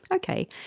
okay,